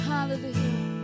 Hallelujah